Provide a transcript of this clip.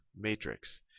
matrix